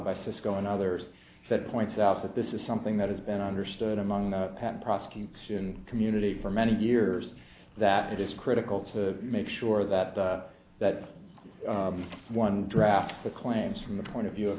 by cisco and others that points out that this is something that has been understood among the prosecution community for many years that it is critical to make sure that that one drafts the claims from the point of view of